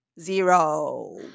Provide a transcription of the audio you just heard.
Zero